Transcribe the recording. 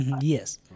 Yes